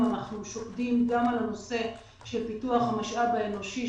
אנחנו שוקדים גם על פיתוח המשאב האנושי,